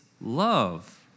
love